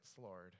Lord